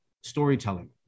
storytelling